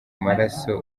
maraso